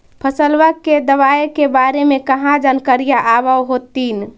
फसलबा के दबायें के बारे मे कहा जानकारीया आब होतीन?